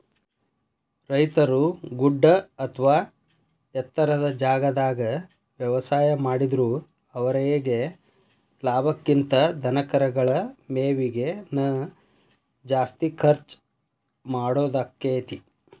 ರೈತರು ಗುಡ್ಡ ಅತ್ವಾ ಎತ್ತರದ ಜಾಗಾದಾಗ ವ್ಯವಸಾಯ ಮಾಡಿದ್ರು ಅವರೇಗೆ ಲಾಭಕ್ಕಿಂತ ಧನಕರಗಳ ಮೇವಿಗೆ ನ ಜಾಸ್ತಿ ಖರ್ಚ್ ಮಾಡೋದಾಕ್ಕೆತಿ